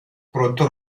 pronto